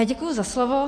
Já děkuji za slovo.